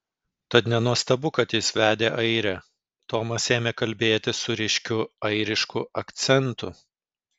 tad nenuostabu kad jis vedė airę tomas ėmė kalbėti su ryškiu airišku akcentu